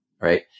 right